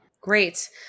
Great